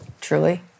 truly